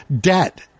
Debt